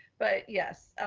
but yes,